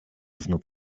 znów